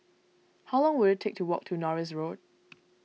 how long will it take to walk to Norris Road